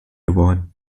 geworden